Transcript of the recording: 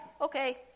okay